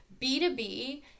B2B